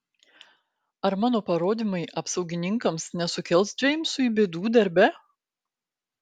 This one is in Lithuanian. ar mano parodymai apsaugininkams nesukels džeimsui bėdų darbe